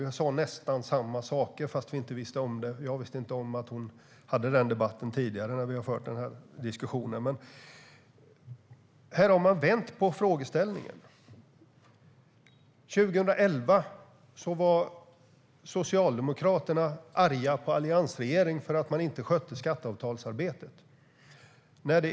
Vi sa nästan samma saker, fastän jag inte visste om att hon förde den debatten. Här har man vänt på frågeställningen. År 2011 var Socialdemokraterna arga på alliansregeringen för att den inte skötte skatteavtalsarbetet.